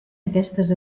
aquestes